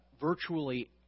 virtually